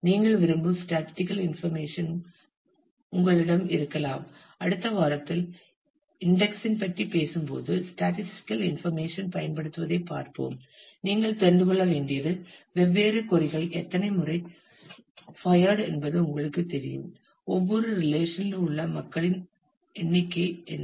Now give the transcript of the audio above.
நீங்கள் விரும்பும் statistical information உங்களிடம் இருக்கலாம் அடுத்த வாரத்தில் இன்டெக்ஸிங் பற்றி பேசும்போது ஸ்டேட்டிஸ்டிகல் இன்ஃபர்மேஷன் பயன்படுத்துவதைப் பார்ப்போம் நீங்கள் தெரிந்து கொள்ள வேண்டியது வெவ்வேறு கோறிகள் எத்தனை முறை பையார்ட் என்பது உங்களுக்குத் தெரியும் ஒவ்வொரு ரிலேஷன் லும் உள்ள மக்களின் எண்ணிக்கை என்ன